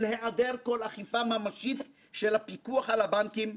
היעדר כל אכיפה ממשית של הפיקוח על הבנקים,